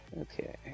Okay